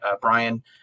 Brian